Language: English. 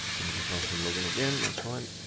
it's gonna just ask me to login again, and that's fine.